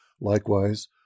Likewise